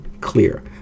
clear